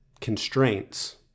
constraints